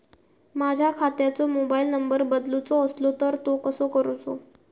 माझ्या खात्याचो mobile number बदलुचो असलो तर तो कसो करूचो?